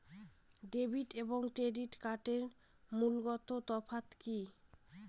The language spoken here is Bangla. ডেবিট এবং ক্রেডিট কার্ডের মূলগত তফাত কি কী?